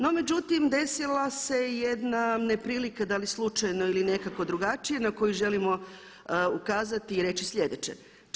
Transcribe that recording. No međutim, desila se jedna neprilika, da li slučajno ili nekako drugačije na koju želimo ukazati i reći sljedeće.